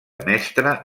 mestre